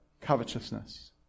covetousness